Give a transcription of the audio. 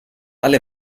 alle